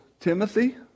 Timothy